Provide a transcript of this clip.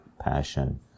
passion